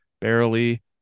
barely